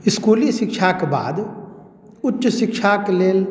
इस्कूली शिक्षाक बाद उच्च शिक्षाक लेल